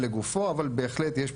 בוקר טוב לכולם,